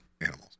animals